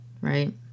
right